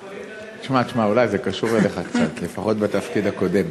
תשמע, זה קשור אליך קצת, לפחות בתפקיד הקודם.